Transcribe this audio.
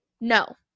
No